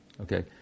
Okay